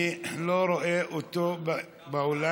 אני לא רואה אותו באולם.